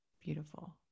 beautiful